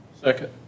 Second